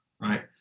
Right